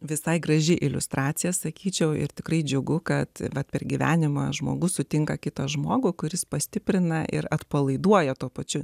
visai graži iliustracija sakyčiau ir tikrai džiugu kad bet per gyvenimą žmogus sutinka kitą žmogų kuris pastiprina ir atpalaiduoja tuo pačiu